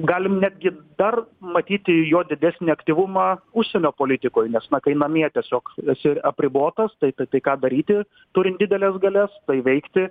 galim netgi dar matyti jo didesnį aktyvumą užsienio politikoj nes na tai namie tiesiog esi apribotas tai tai ką daryti turin dideles galias veikti